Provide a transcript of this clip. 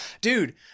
dude